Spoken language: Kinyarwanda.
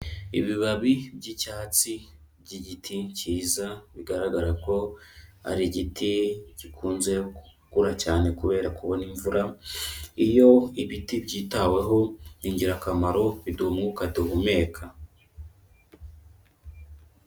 Ibibabi by'icyatsi by'igiti cyiza bigaragara ko ari igiti gikunze gukura cyane kubera kubona imvura, iyo ibiti byitaweho ni ingirakamaro biduha umwuka duhumeka.